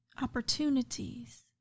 Opportunities